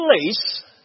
place